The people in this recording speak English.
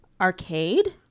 arcade